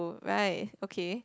right okay